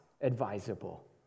advisable